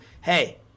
hey